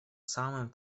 самым